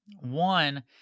One